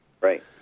Right